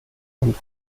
und